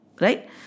Right